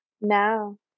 No